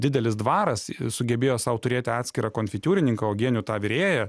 didelis dvaras sugebėjo sau turėti atskirą konfitiūrininką uogienių tą virėją